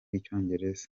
icyongereza